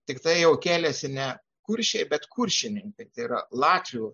tiktai jau kėlėsi ne kuršiai bet kuršininkai tai yra latvių